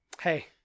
Hey